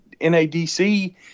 NADC